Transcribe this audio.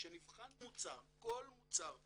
כשנבחן מוצר, כל מוצר בעולם,